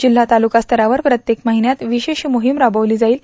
जिल्हा तालुकास्तरावर प्रत्येक महिन्यात विशेष मोहिम राबविली जाईल